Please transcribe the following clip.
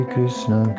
Krishna